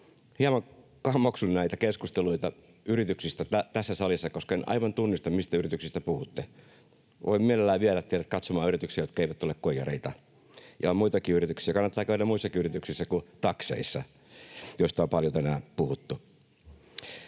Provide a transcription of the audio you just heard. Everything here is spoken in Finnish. hieman kammoksun näitä keskusteluita yrityksistä tässä salissa, koska en aivan tunnista, mistä yrityksistä puhutte. Voin mielellään viedä teidät katsomaan yrityksiä, jotka eivät ole koijareita, on muitakin yrityksiä. Kannattaa käydä muissa yrityksissä kuin takseissa, joista on paljon tänään puhuttu.